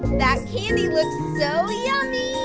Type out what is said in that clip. that candy looks so yummy!